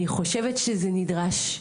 אני חושבת שזה נדרש,